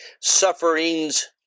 sufferings